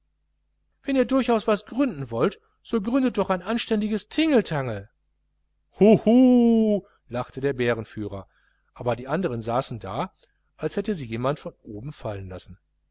wenn ihr durchaus was gründen wollt so gründet doch ein anständiges tingeltangel hu hu hu lachte der bärenführer aber die andern saßen da als hätte sie jemand von oben fallen lassen